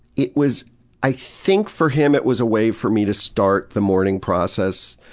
it was i think for him it was a way for me to start the mourning process,